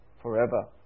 forever